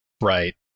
Right